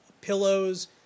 pillows